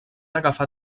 agafar